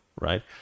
right